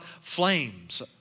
flames